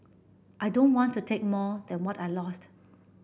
I don't want to take more than what I lost